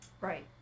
Right